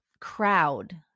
crowd